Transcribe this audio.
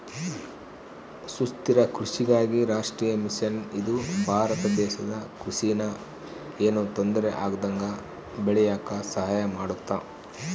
ಸುಸ್ಥಿರ ಕೃಷಿಗಾಗಿ ರಾಷ್ಟ್ರೀಯ ಮಿಷನ್ ಇದು ಭಾರತ ದೇಶದ ಕೃಷಿ ನ ಯೆನು ತೊಂದರೆ ಆಗ್ದಂಗ ಬೇಳಿಯಾಕ ಸಹಾಯ ಮಾಡುತ್ತ